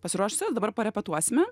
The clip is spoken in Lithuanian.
pasiruošusios dabar parepetuosime